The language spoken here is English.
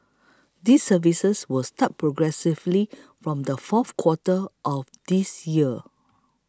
these services will start progressively from the fourth quarter of this year